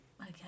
okay